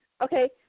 okay